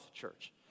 church